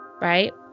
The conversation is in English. right